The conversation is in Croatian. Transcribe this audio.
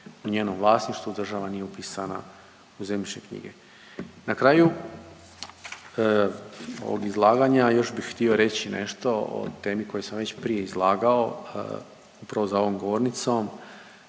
u njenom vlasništvu. Država nije upisana u zemljišne knjige. Na kraju ovog izlaganja još bi htio reći nešto o temi o kojoj sam već prije izlagao upravo za ovom govornicom.